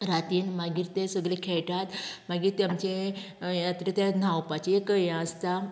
रातीन मागीर ते सगळें खेळटात मागीर तें आमचें हे जातकीर ते न्हावपाचें एक हें आसता